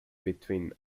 between